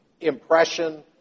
impression